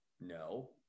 No